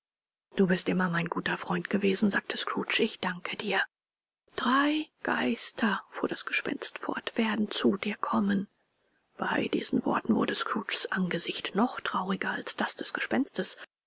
du bist immer mein guter freund gewesen sagte scrooge ich danke dir drei geister fuhr das gespenst fort werden zu dir kommen bei diesen worten wurde scrooges angesicht noch trauriger als das des gespenstes